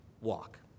walk